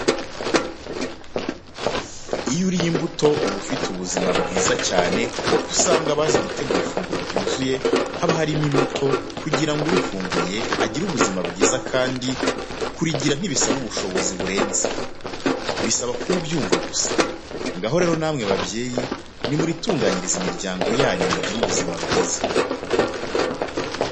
Iyo uriye imbuto uba ufite ubuzima bwiza cyane kuko usanga abazi gutegura ifunguro ryuzuye, haba harimo imbuto kugira ngo urifunguye agire ubuzima bwiza kandi kurigira ntibisaba ubushobozi burenze, bisaba kuba ubyumva gusa. Ngaho rero namwe babyeyi nimuritunganyirize imiryango yanyu mugire ubuzima bwiza.